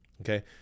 Okay